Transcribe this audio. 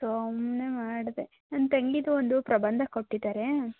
ಸುಮ್ಮನೆ ಮಾಡಿದೆ ನನ್ನ ತಂಗಿದು ಒಂದು ಪ್ರಬಂಧ ಕೊಟ್ಟಿದ್ದಾರೆ